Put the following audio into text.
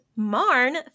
Marn